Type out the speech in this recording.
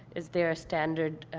is there a standard,